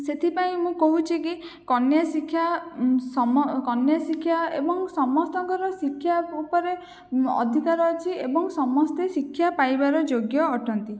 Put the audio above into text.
ସେଥିପାଇଁ ମୁଁ କହୁଛିକି କନ୍ୟା ଶିକ୍ଷା କନ୍ୟା ଶିକ୍ଷା ଏବଂ ସମସ୍ତଙ୍କର ଶିକ୍ଷା ଉପରେ ଅଧିକାର ଅଛି ଏବଂ ସମସ୍ତେ ଶିକ୍ଷା ପାଇବାର ଯୋଗ୍ୟ ଅଟନ୍ତି